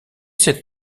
cette